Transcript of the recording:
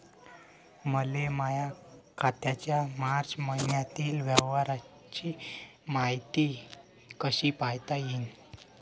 मले माया खात्याच्या मार्च मईन्यातील व्यवहाराची मायती कशी पायता येईन?